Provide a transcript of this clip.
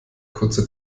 kurze